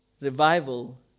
Revival